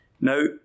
Now